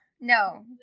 no